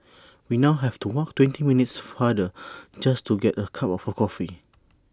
we now have to walk twenty minutes farther just to get A cup of A coffee